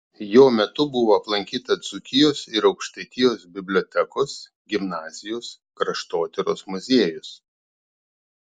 jo metu buvo aplankyta dzūkijos ir aukštaitijos bibliotekos gimnazijos kraštotyros muziejus